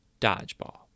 Dodgeball